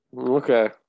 Okay